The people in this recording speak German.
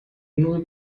null